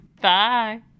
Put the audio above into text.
Bye